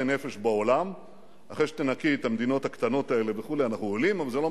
וגנזתם את התוכנית לפיתוח הפריפריה.